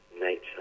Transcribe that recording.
nature